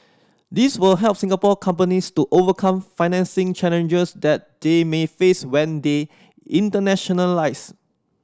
these will help Singapore companies to overcome financing challenges that they may face when they internationalise